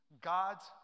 God's